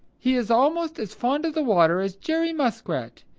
he is almost as fond of the water as jerry muskrat.